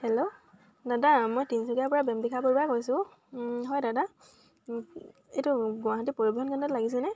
hello দাদা মই তিনিচুকীয়াৰ পৰা বৰুৱাই কৈছো হয় দাদা এইটো গুৱাহাটী পৰিবহন কেন্দ্ৰত লাগিছেনে